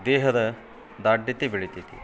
ದೇಹದ ದಾರ್ಢ್ಯತೆ ಬೆಳಿತೈತಿ